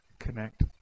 Connect